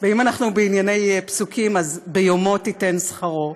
אם אנחנו בענייני פסוקים, אז "ביומו תִתֶן שכרו",